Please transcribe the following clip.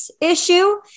issue